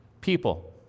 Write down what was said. people